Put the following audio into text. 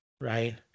right